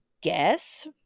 guess